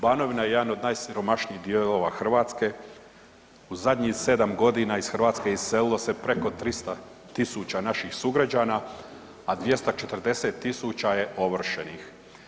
Banovina je jedan od najsiromašnijih dijelova Hrvatske, u zadnjih 7 g. iz Hrvatske je iselilo se preko 300 000 naših sugrađana a 240 000 je ovršenih.